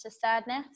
sadness